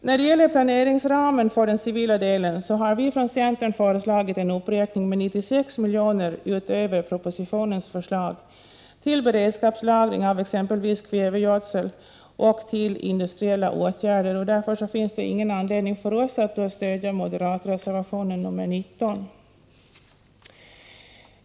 När det gäller planeringsramen för den civila delen har vi från centern föreslagit en uppräkning med 96 miljoner utöver propositionens förslag till beredskapslagring av exempelvis kvävegödsel och industriella åtgärder. Därför finns det ingen anledning för oss att stödja moderatreservationen nr 19.